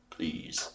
Please